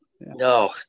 no